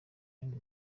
yindi